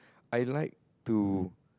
I like to